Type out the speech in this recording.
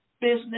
business